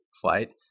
flight